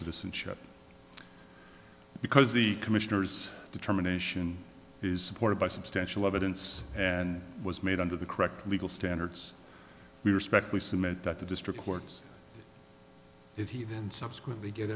citizenship because the commissioner's determination is supported by substantial evidence and was made under the correct legal standards we respectfully submit that the district courts that he then subsequently get